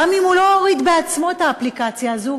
גם אם הוא לא הוריד בעצמו את האפליקציה הזו,